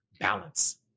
balance